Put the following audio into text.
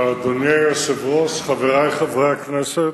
אדוני היושב-ראש, חברי חברי הכנסת,